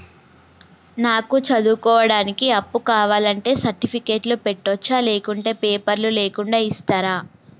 నాకు చదువుకోవడానికి అప్పు కావాలంటే సర్టిఫికెట్లు పెట్టొచ్చా లేకుంటే పేపర్లు లేకుండా ఇస్తరా?